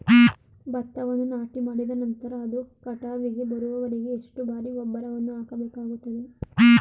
ಭತ್ತವನ್ನು ನಾಟಿಮಾಡಿದ ನಂತರ ಅದು ಕಟಾವಿಗೆ ಬರುವವರೆಗೆ ಎಷ್ಟು ಬಾರಿ ಗೊಬ್ಬರವನ್ನು ಹಾಕಬೇಕಾಗುತ್ತದೆ?